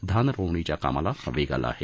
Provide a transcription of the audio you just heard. धान रोवणीच्या कामाला वेग आला आहे